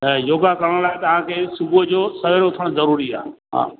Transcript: त योगा करण लाइ तव्हां खे सुबूह जो सवेल उथणु ज़रूरी आहे हा